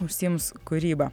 užsiims kūryba